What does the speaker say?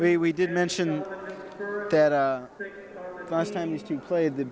we we did mention that last time used to play the